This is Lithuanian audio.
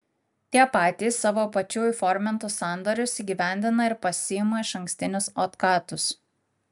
tie patys savo pačių įformintus sandorius įgyvendina ir pasiima išankstinius otkatus